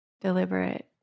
deliberate